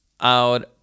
out